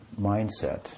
mindset